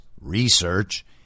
research